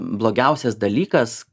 blogiausias dalykas